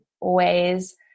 ways